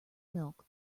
milk